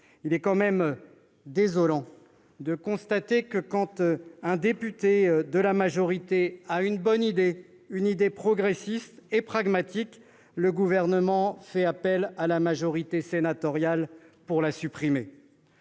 Il est tout de même désolant de constater que, lorsqu'un député de sa majorité a une bonne idée, progressiste et pragmatique, le Gouvernement fait appel à la majorité sénatoriale pour la supprimer